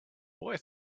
boy